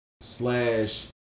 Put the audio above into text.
slash